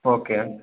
okay